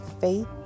faith